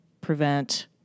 prevent